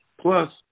Plus